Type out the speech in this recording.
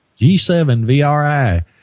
G7VRI